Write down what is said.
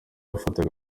bafataga